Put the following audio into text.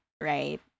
right